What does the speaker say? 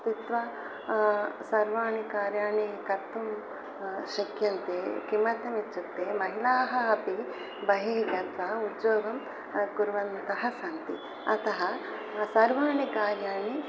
स्थित्वा सर्वाणि कार्याणि कर्तुं शक्यन्ते किमर्थम् इत्युक्ते महिलाः अपि बहिः गत्वा उद्योगं कुर्वत्यः सन्ति अतः सर्वाणि कार्याणि